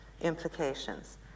implications